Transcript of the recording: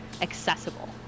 accessible